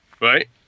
Right